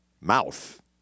mouth